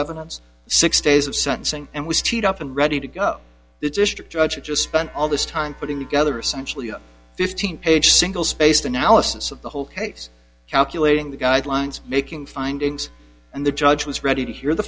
evidence six days of sentencing and was teed up and ready to go the district judge had just spent all this time putting together some actually a fifteen page single spaced analysis of the whole case calculating the guidelines making findings and the judge was ready to hear the